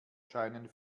scheinen